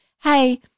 hey